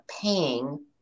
paying